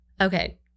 Okay